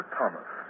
Thomas